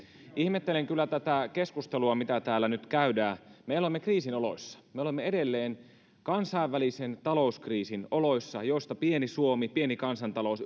ihmettelen kyllä tätä keskustelua mitä täällä nyt käydään me olemme kriisin oloissa me olemme edelleen kansainvälisen talouskriisin oloissa joista pieni suomi pieni kansantalous